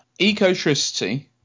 Ecotricity